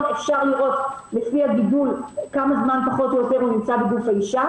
אפשר לראות לפי הגידול כמה זמן פחות או יותר הוא נמצא בגוף האישה,